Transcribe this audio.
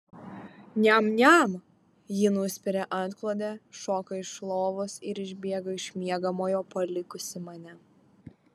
niam niam ji nuspiria antklodę šoka iš lovos ir išbėga iš miegamojo palikusi mane